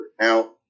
Now